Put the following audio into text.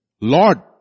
Lord